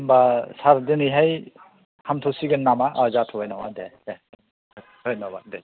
होनबा सार दिनैहाय हामथ'सिगोन नामा जाथ'बाय नामा दे दे दयन'बाद दे